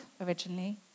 originally